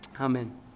Amen